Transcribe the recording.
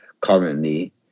currently